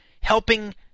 helping